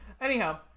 anyhow